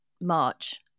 March